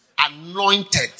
Anointed